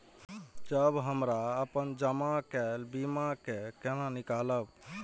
जब हमरा अपन जमा केल बीमा के केना निकालब?